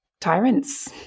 Tyrants